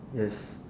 yes